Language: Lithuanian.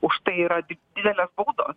už tai yra did didelės baudos